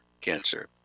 cancer